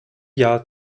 jahr